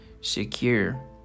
secure